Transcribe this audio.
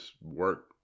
work